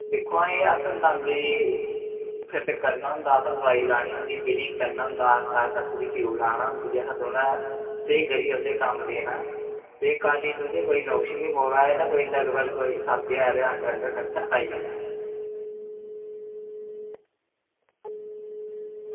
दिक्खो आं एह् अस दंदें ई फिट करना होंदा दोआई लानी होंदी फिलिंग करनी होंदी ट्यूब लानी होंदी असें थोह्ड़ा स्हेई करियै उसी कम्म देना ते कल्ल गी तुसें गी एह्दा कोई नुक्स निं पवै ते कल्ल गी थोह्ड़ा खर्चा कोई सत्त ज्हार आई जावै